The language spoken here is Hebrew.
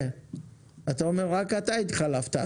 אתה אומר שרק אתה התחלפת.